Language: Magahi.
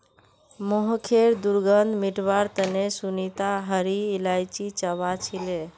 मुँहखैर दुर्गंध मिटवार तने सुनीता हरी इलायची चबा छीले